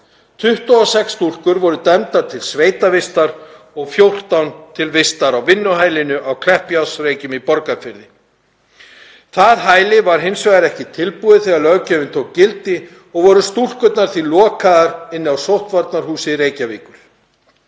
sex stúlkur voru dæmdar til sveitavistar og 14 til vistunar á vinnuhæli á Kleppjárnsreykjum í Borgarfirði. Það hæli var hins vegar ekki tilbúið þegar löggjöfin tók gildi og voru stúlkurnar því lokaðar inni á sóttvarnahúsi Reykjavíkur.